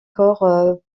corps